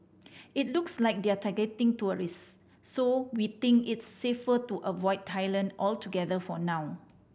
it looks like they're targeting tourist so we think it's safer to avoid Thailand altogether for now